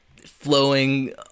flowing